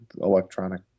electronic